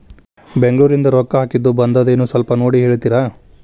ಬೆಂಗ್ಳೂರಿಂದ ರೊಕ್ಕ ಹಾಕ್ಕಿದ್ದು ಬಂದದೇನೊ ಸ್ವಲ್ಪ ನೋಡಿ ಹೇಳ್ತೇರ?